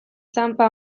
txanpa